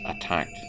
attacked